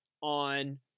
on